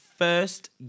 First